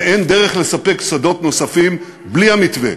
ואין דרך לספק שדות נוספים בלי המתווה.